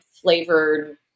flavored